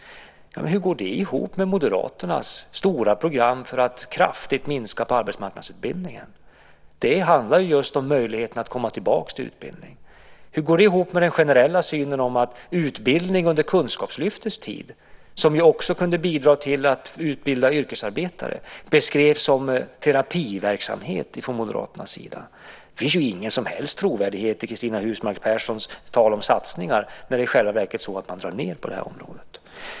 Hur går det ihop med Moderaternas stora program för att kraftigt minska på arbetsmarknadsutbildningen? Det handlar ju just om möjligheten att komma tillbaka till utbildning. Hur går det ihop med den generella synen att utbildning under Kunskapslyftets tid, som ju också kunde bidra till att utbilda yrkesarbetare, beskrevs som terapiverksamhet från Moderaternas sida? Det finns ju ingen som helst trovärdighet i Cristina Husmark Pehrssons tal om satsningar när det i själva verket är så att man drar ned på det här området.